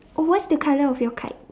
oh what's the color of your kite